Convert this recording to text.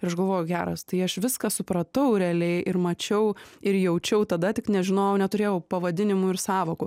ir aš galvoju geras tai aš viską supratau realiai ir mačiau ir jaučiau tada tik nežinojau neturėjau pavadinimų ir sąvokų